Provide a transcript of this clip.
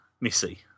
Missy